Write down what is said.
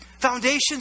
Foundations